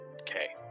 Okay